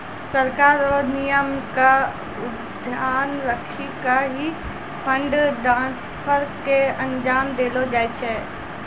सरकार र नियम क ध्यान रखी क ही फंड ट्रांसफर क अंजाम देलो जाय छै